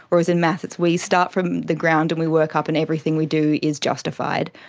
whereas in maths it's we start from the ground and we work up and everything we do is justified.